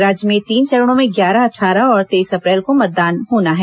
राज्य में तीन चरणों में ग्यारह अट्ठारह और तेईस अप्रैल को मतदान होना है